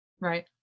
Right